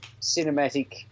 cinematic